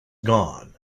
gone